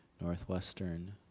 Northwestern